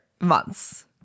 Months